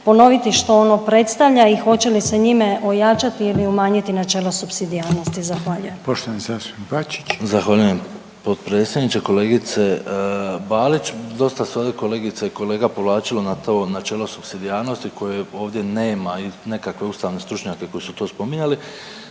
ponoviti što ono predstavlja i hoće li se njime ojačati ili umanjiti načelo supsidijarnosti. Zahvaljujem. **Reiner, Željko (HDZ)** Poštovani zastupnik Bačić. **Bačić, Ante (HDZ)** Zahvaljujem potpredsjedniče. Kolegice Balić, dosta su ovdje kolegica i kolega povlačilo na to načelo supsidijarnosti koje ovdje nema i nekakve ustavne stručnjake koji su to spominjali,